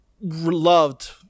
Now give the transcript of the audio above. loved